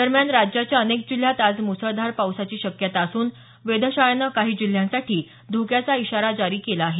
दरम्यान राज्याच्या अनेक जिल्ह्यांत आज मुसळधार पावसाची शक्यता असून वेधशाळेनं काही जिल्ह्यांसाठी धोक्याचा इशारा जारी केला आहे